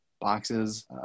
boxes